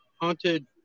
Haunted